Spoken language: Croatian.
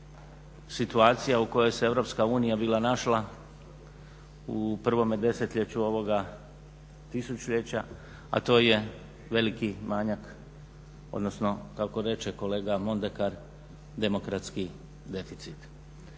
situacija u kojoj se Europska unija bila našla u prvome desetljeću ovoga tisućljeća a to je veliki manjak, odnosno kako reče kolega Mondekar, demokratski deficit.